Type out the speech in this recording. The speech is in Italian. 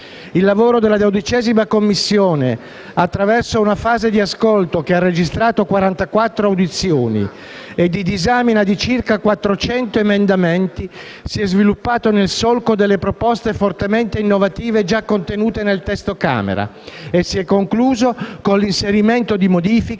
Il lavoro della 12ª Commissione, attraverso una fase di ascolto che ha registrato 44 audizioni e la disamina di circa 400 emendamenti, si è sviluppato nel solco delle proposte fortemente innovative già contenute nel testo della Camera e si è concluso con l'inserimento di modifiche